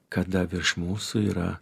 kada virš mūsų yra